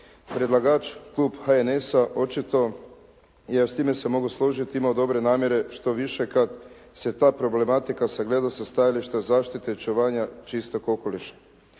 predlagač klub HNS-a očito je s time se mogu složiti imao dobre namjere, štoviše kad se ta problematika sagleda sa stajalište zaštite očuvanja čistog okoliša.